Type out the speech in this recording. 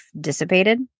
dissipated